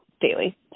daily